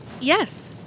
Yes